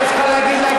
מה יש לך להגיד להגנתך?